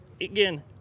again